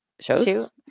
Shows